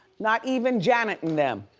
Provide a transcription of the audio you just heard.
not even janet and them.